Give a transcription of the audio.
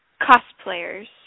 cosplayers